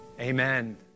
amen